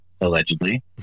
allegedly